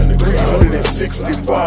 365